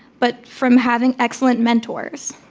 but from having excellent mentors,